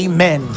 Amen